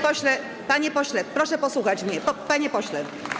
Panie pośle, proszę posłuchać mnie, panie pośle.